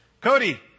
Cody